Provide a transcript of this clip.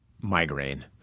migraine